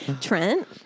Trent